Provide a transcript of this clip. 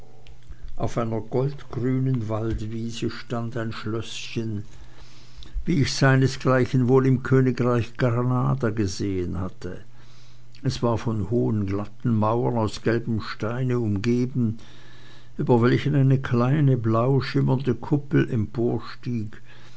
auf einer goldgrünen waldwiese stand ein schlößchen wie ich seinesgleichen wohl im königreiche granada gesehen hatte es war von hohen glatten mauern aus gelbem steine umgeben über welchen eine kleine blauschimmernde kuppel